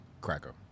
cracker